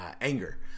anger